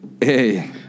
Hey